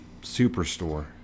Superstore